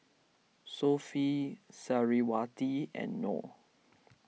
Sofea Suriawati and Nor